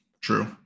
True